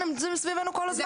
הם נמצאים מסביבנו כל הזמן.